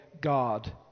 God